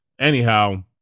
Anyhow